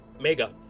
Mega